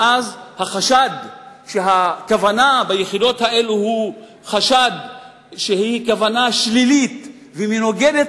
ואז החשד שהכוונה ביחידות האלה היא כוונה שלילית ומנוגדת